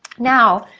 now,